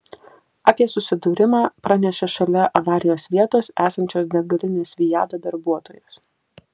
apie susidūrimą pranešė šalia avarijos vietos esančios degalinės viada darbuotojas